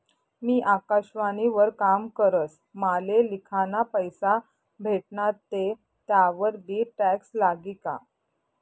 मी आकाशवाणी वर काम करस माले लिखाना पैसा भेटनात ते त्यावर बी टॅक्स लागी का?